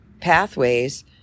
pathways